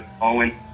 Owen